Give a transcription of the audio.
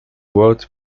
word